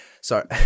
Sorry